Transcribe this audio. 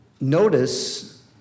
notice